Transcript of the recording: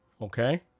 Okay